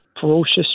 ferocious